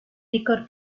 licor